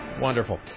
Wonderful